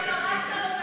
עכשיו הרסת לו את